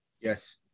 Yes